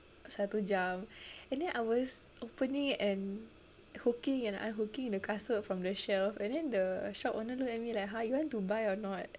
satu jam and then I was opening and hooking and unhooking the kasut from the shelf and then the shop owner look at me like !huh! you want to buy or not